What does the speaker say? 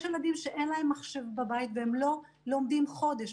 יש ילדים שאין להם מחשב בבית והם לא לומדים חודש.